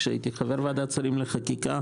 כשהייתי חבר ועדת שרים לחקיקה.